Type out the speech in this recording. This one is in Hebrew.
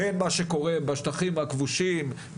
בין מה שקורה בשטחים הכבושים,